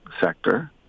sector